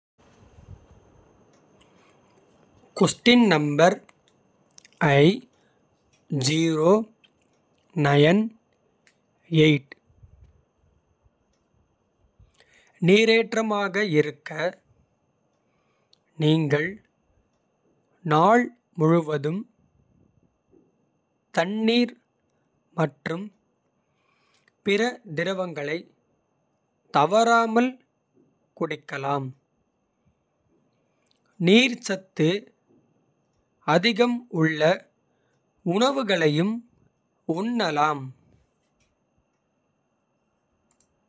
நீரேற்றமாக இருக்க நீங்கள் நாள் முழுவதும். தண்ணீர் மற்றும் பிற திரவங்களை தவறாமல் குடிக்கலாம். நீர்ச்சத்து அதிகம் உள்ள உணவுகளையும் உண்ணலாம்.